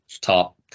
top